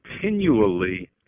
continually